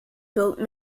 built